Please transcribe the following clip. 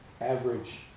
Average